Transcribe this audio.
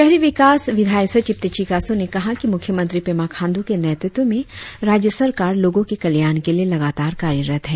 शहरी विकास विधायी सचिव तेची कासो ने कहा कि मुख्यमंत्री पेमा खाण्ड् के नेतृत्व में राज्य सरकर लोगों के कल्याण के लिए लगातार कार्यरत है